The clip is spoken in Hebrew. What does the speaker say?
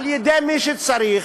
על-ידי מי שצריך,